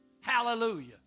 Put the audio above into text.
Hallelujah